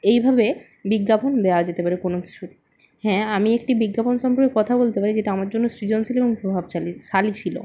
এইভাবে বিজ্ঞাপন দেওয়া যেতে পারে কোনও কিছুর হ্যাঁ আমি একটি বিজ্ঞাপন সম্পর্কে কথা বলতে পারি যেটা আমার জন্য সৃজনশীল এবং প্রভাবশালী শালী ছিল